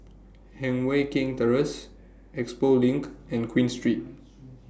Heng Mui Keng Terrace Expo LINK and Queen Street